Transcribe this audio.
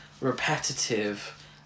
repetitive